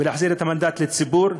ולהחזיר את המנדט לציבור,